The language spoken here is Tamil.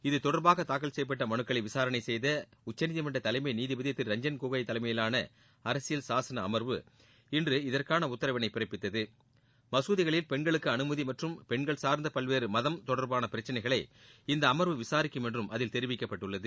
இது தொடர்பாக தாக்கல் செய்யப்பட்ட மனுக்களை விசாரணை செய்த உச்சநீதிமன்ற தலைமை நீதிபதி திரு ரஞ்ஜன் கோகோய் தலைமையிலாள அரசியல் சாசன அம்வு இன்று இதற்கான உத்தரவிளை பிறப்பித்தது மசூதிகளில் பென்களுக்கு அனுமதி மற்றும் பென்கள் சார்ந்த பல்வேறு மதம் தொடர்பான பிரச்சினைகளை இந்த அமர்வு விசாரிக்கும் என்றும் அதில் தெரிவிக்கப்பட்டுள்ளது